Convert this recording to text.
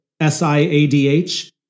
SIADH